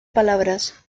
palabras